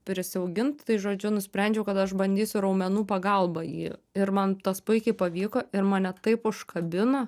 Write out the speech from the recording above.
prisiaugint tai žodžiu nusprendžiau kad aš bandysiu raumenų pagalba jį ir man tas puikiai pavyko ir mane taip užkabino